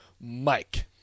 Mike